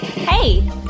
Hey